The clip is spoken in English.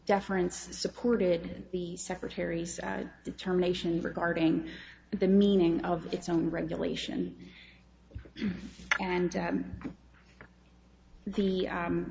deference supported the secretary's determination regarding the meaning of its own regulation and the